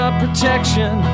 protection